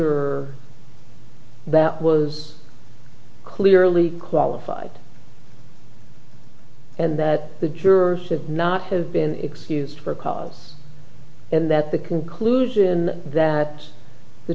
ager that was clearly qualified and that the jurors should not have been excused for cause and that the conclusion that the